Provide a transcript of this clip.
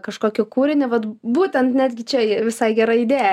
kažkokį kūrinį būtent netgi čia visai gera idėja